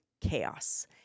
chaos